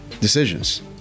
decisions